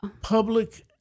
public